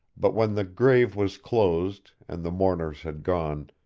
but when the grave was closed and the mourners had gone,